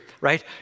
right